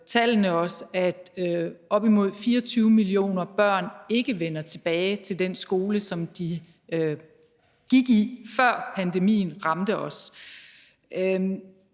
tallene os, at op imod 24 millioner børn ikke vender tilbage til den skole, som de gik i, før pandemien ramte os.